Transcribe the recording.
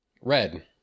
Red